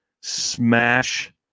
smash